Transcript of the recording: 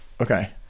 Okay